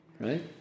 right